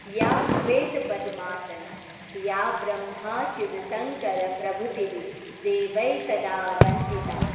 યા શ્વેત પદ્માસના યા બ્રહ્માચ્યુત શંકર પ્રભુતિભિમિ દેવૈ સદા વંદિતા